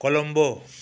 Colombo